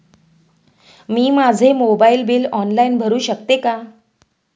मी माझे mobile bill online भरू शकते का?